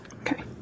Okay